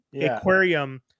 aquarium